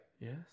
Yes